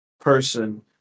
person